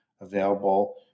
available